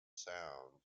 sound